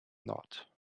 not